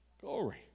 Glory